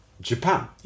Japan